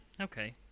okay